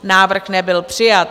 Návrh nebyl přijat.